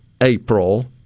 April